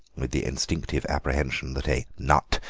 with the instinctive apprehension that a nut,